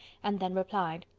and then replied